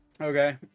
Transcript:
Okay